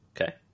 Okay